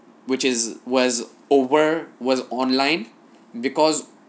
which is was over was online because